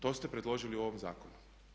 To ste predložili u ovom zakonu.